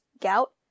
gout